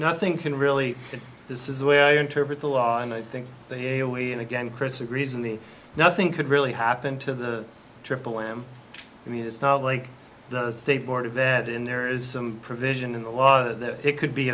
nothing can really this is the way i interpret the law and i think they always and again chris agrees in the nothing could really happen to the triple m i mean it's not like the state board of that in there is some provision in the law that it could be